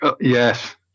Yes